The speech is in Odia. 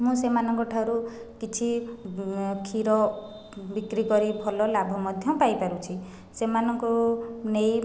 ମୁଁ ସେମାନଙ୍କଠାରୁ କିଛି କ୍ଷୀର ବିକ୍ରି କରି ଭଲ ଲାଭ ମଧ୍ୟ ପାଇପାରୁଛି ସେମାନଙ୍କୁ ନେଇ